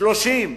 30,